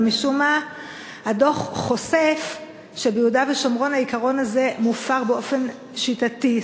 אבל משום מה הדוח חושף שביהודה ושומרון העיקרון הזה מופר באופן שיטתי,